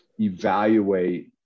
evaluate